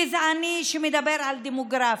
גזעני, שמדבר על דמוגרפיה.